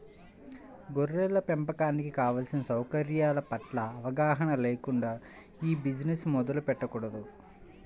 గొర్రెల పెంపకానికి కావలసిన సౌకర్యాల పట్ల అవగాహన లేకుండా ఈ బిజినెస్ మొదలు పెట్టకూడదు